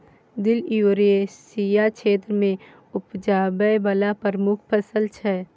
दिल युरेसिया क्षेत्र मे उपजाबै बला प्रमुख फसल छै